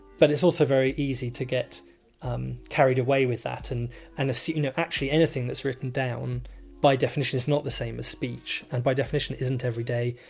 but it's also very easy to get um carried away with that and and assume you know actually anything that's written down by definition not the same as speech and by definition isn't everyday,